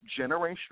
generational